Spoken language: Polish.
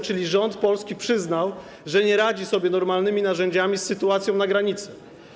Czyli polski rząd przyznał, że nie radzi sobie normalnymi narzędziami z sytuacją na granicy.